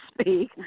speak